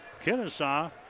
Kennesaw